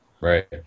Right